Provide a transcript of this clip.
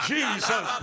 Jesus